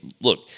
look